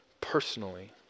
personally